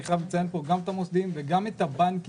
חייב לציין פה גם את המוסדיים וגם את הבנקים,